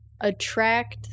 attract